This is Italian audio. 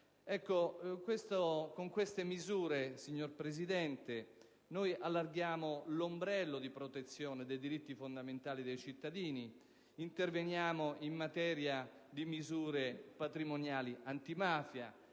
Con queste misure, signor Presidente, noi allarghiamo l'ombrello di protezione dei diritti fondamentali dei cittadini, interveniamo in materia di misure patrimoniali antimafia,